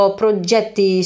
progetti